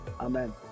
Amen